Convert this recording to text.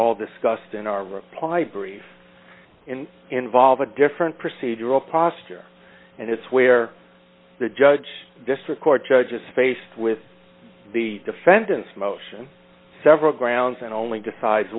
paul discussed in our reply brief involve a different procedural posture and it's where the judge district court judge is faced with the defendant's motion several grounds and only decides